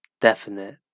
definite